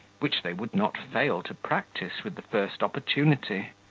which they would not fail to practise with the first opportunity.